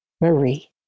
Marie